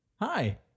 hi